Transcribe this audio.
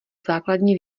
základní